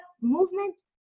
movement